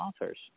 authors